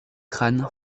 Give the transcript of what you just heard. crâne